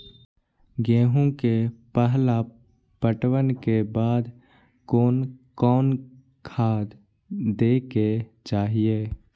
गेहूं के पहला पटवन के बाद कोन कौन खाद दे के चाहिए?